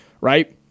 Right